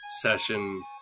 session